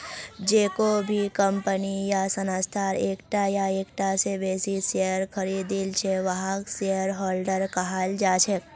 जेको भी कम्पनी या संस्थार एकता या एकता स बेसी शेयर खरीदिल छ वहाक शेयरहोल्डर कहाल जा छेक